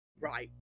Right